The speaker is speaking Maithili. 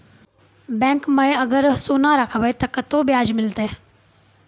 बैंक माई अगर सोना राखबै ते कतो ब्याज मिलाते?